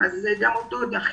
וגם אותן דחינו.